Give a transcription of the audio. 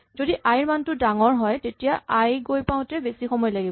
যদি আই ৰ মানটো ডাঙৰ হয় তেতিয়া আমাৰ আই গৈ পাওঁতে বেছি সময় লাগিব